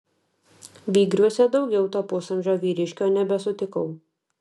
vygriuose daugiau to pusamžio vyriškio nebesutikau